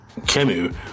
Kemu